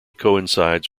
coincides